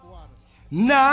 Now